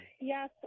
Yes